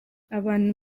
abantu